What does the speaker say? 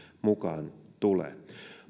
mukaan tulee